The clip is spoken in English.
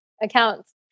accounts